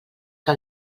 que